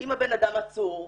אם הבן-אדם עצור,